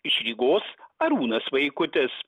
iš rygos arūnas vaikutis